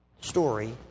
story